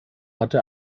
hatte